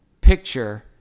picture